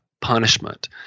punishment